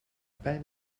pijn